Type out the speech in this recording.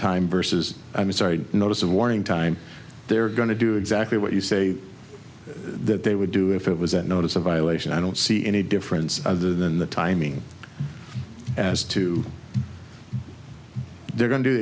time versus i'm sorry notice of warning time they're going to do exactly what you say they would do if it was a notice a violation i don't see any difference other than the timing as to they're going to do